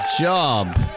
job